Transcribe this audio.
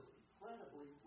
incredibly